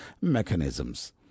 mechanisms